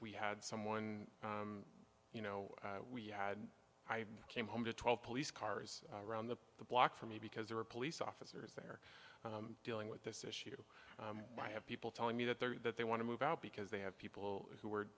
we had someone you know we had i came home to twelve police cars around the block for me because there are police officers there dealing with this issue i have people telling me that they're that they want to move out because they have people who